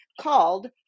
called